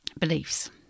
Beliefs